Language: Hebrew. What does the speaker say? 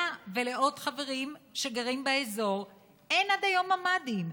לה ולעוד חברים שגרים באזור אין עד היום ממ"דים.